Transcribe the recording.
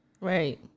Right